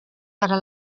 para